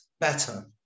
better